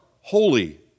holy